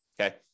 okay